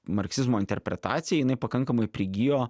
marksizmo interpretacija jinai pakankamai prigijo